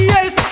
Yes